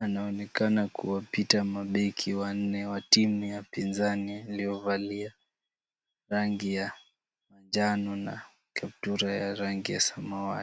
anaonekana kuwapita mabeki wanne wa timu ya pinzani waliovalia rangi ya manjano na kaptula ya rangi ya samawati.